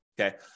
Okay